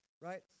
right